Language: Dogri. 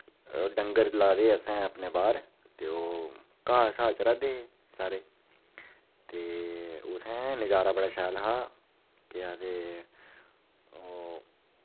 डंगर लाए दे असें अपने बाह्र ते ओह् घा शा चरै दे हे सारे ते उत्थें नजारा बड़ा शैल हा केह् आखदे ओ